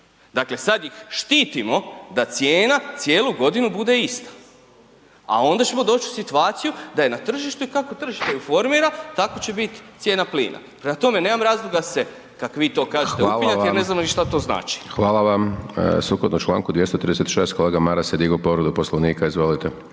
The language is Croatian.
Dakle, sad ih štitimo da cijena cijelu godinu bude ista, a onda ćemo doć u situaciju da je na tržištu i kako tržište ju formira tako će bit cijena plina. Prema tome, nemam razloga se, kak vi to kažete upinjati …/Upadica: Hvala vam/… jer ne znamo ni šta to znači. **Hajdaš Dončić, Siniša (SDP)** Sukladno čl. 236. kolega Maras je digao povredu Poslovnika, izvolite.